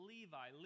Levi